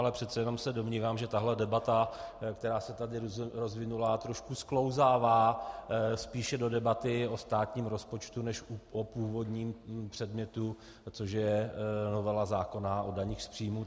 Ale přece jenom se domnívám, že tahle debata, která se tady rozvinula, trošku sklouzává spíše do debaty o státním rozpočtu než o původním předmětu, což je novela zákona o daních z příjmů.